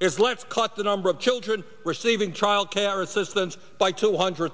is let's cut the number of children receiving child care assistance by two hundred